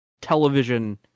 television